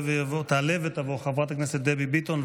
תעלה ותבוא חברת הכנסת דבי ביטון,